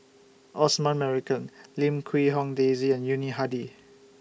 Osman Merican Lim Quee Hong Daisy and Yuni Hadi